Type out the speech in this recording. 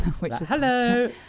Hello